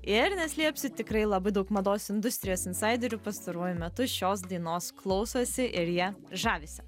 ir neslėpsiu tikrai labai daug mados industrijos insaiderių pastaruoju metu šios dainos klausosi ir ja žavisi